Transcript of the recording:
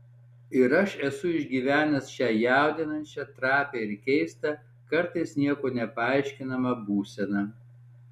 ir aš esu išgyvenęs šią jaudinančią trapią ir keistą kartais niekuo nepaaiškinamą būseną